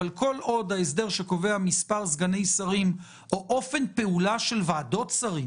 אבל כל עוד ההסדר שקובע מספר סגני שרים או אופן פעולה של ועדות שרים